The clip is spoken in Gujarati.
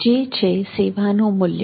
જે છે સેવાનું મૂલ્ય